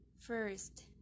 First